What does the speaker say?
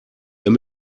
kann